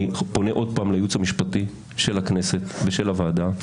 אני פונה שוב לייעוץ המשפטי של הכנסת ושל הוועדה,